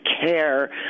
care